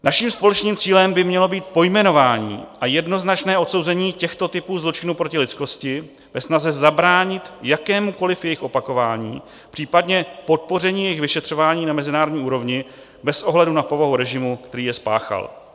Naším společným cílem by mělo být pojmenování a jednoznačné odsouzení těchto typů zločinů proti lidskosti ve snaze zabránit jakémukoli jejich opakování, případně podpoření jejich vyšetřování na mezinárodní úrovni bez ohledu na povahu režimu, který je spáchal.